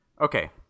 okay